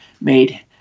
made –